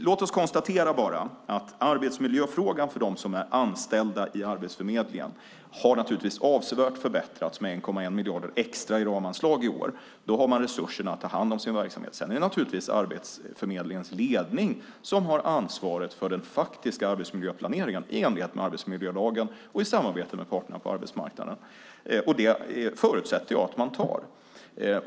Låt oss konstatera att arbetsmiljöfrågan för dem som är anställda i Arbetsförmedlingen har avsevärt förbättrats med 1,1 miljarder extra i ramanslag i år. Då har man resurserna att ta hand om sin verksamhet. Sedan är det Arbetsförmedlingens ledning som har ansvaret för den faktiska arbetsmiljöplaneringen i enligt med arbetsmiljölagen och i samarbete med parterna på arbetsmarknaden, och det förutsätter jag att man tar.